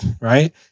right